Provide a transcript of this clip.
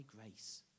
grace